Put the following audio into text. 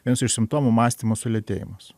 vienas iš simptomų mąstymo sulėtėjimas